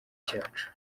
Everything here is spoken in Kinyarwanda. cyacu